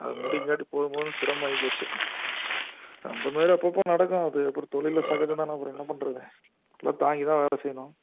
அதை முடிக்கங்காட்டி போதும் போதும்ன்னு சிரமம் ஆகிப்போச்சு அந்த மாதிரி அப்பப்போ நடக்கும் அது அப்புறம் தொழில்ல சகஜம் தானே அப்புறம் என்ன பண்ணுறது எல்லாம் தாங்கி தான் வேலை செய்யணும்